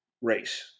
race